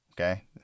Okay